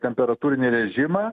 temperatūrinį režimą